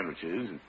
sandwiches